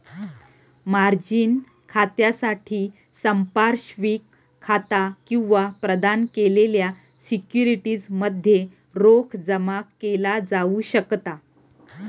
margin खात्यासाठी संपार्श्विक खाता किंवा प्रदान केलेल्या सिक्युरिटीज मध्ये रोख जमा केला जाऊ शकता